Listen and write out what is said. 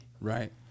right